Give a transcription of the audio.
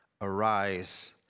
arise